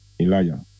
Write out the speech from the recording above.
Elijah